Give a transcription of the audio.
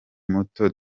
muto